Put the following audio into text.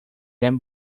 then